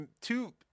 two